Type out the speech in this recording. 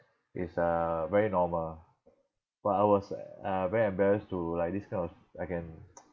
it's uh very normal but I was uh very embarrassed to like this kind of I can